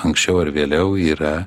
anksčiau ar vėliau yra